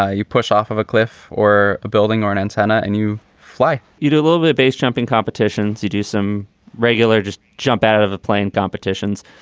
ah you push off of a cliff or a building or an antenna and you fly you do a little bit of base jumping competitions. you do some regular just jump out of the plane competitions.